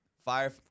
Fire